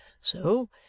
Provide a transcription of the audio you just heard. So